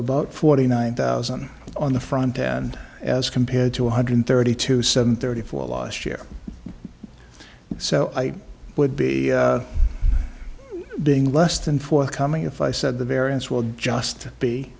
about forty nine thousand on the front end as compared to one hundred thirty to seven thirty four last year so i would be being less than forthcoming if i said the variance will just be